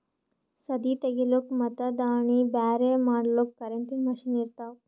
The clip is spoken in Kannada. ಸದೀ ತೆಗಿಲುಕ್ ಮತ್ ದಾಣಿ ಬ್ಯಾರೆ ಮಾಡಲುಕ್ ಕರೆಂಟಿನ ಮಷೀನ್ ಇರ್ತಾವ